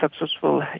successful